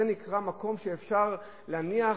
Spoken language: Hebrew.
זה נקרא מקום שאפשר להניח,